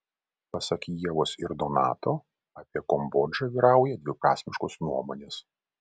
pasak ievos ir donato apie kambodžą vyrauja dviprasmiškos nuomonės